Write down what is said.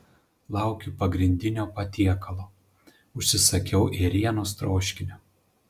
laukiu pagrindinio patiekalo užsisakiau ėrienos troškinio